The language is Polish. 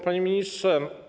Panie Ministrze!